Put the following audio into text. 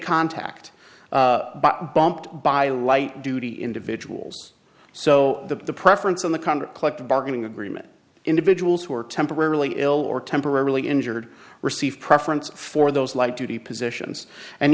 contact bumped by light duty individuals so the preference in the conduct collective bargaining agreement individuals who are temporarily ill or temporarily injured receive preference for those light duty positions and